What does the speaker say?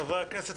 חברי הכנסת,